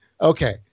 okay